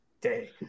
day